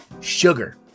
sugar